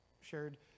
shared